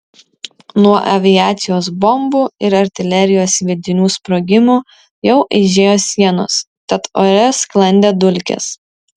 nuo aviacijos bombų ir artilerijos sviedinių sprogimų jau aižėjo sienos tad ore sklandė dulkės